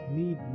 need